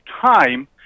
time